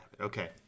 Okay